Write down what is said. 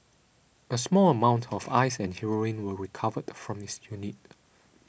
a small amount of ice and heroin were recovered from his unit